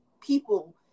people